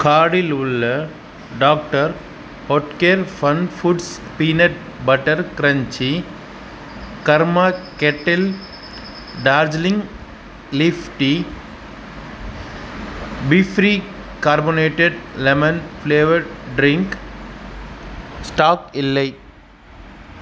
கார்ட்டில் உள்ள doctor Oetker FunFoods peanut butter crunchy Karma kettle Darjeeling leaf tea b free carbonated lemon flavoured drink stock இல்லை